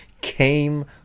came